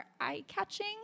eye-catching